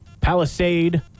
Palisade